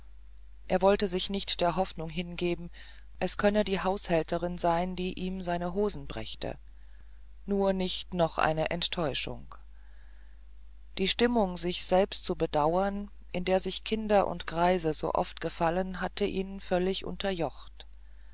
er wollte sich nicht der hoffnung hingeben es könne die haushälterin sein die ihm seine hosen brächte nur nicht noch eine enttäuschung die stimmung sich selbst zu bedauern in der sich kinder und greise so oft gefallen hatte ihn völlig unterjocht